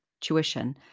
tuition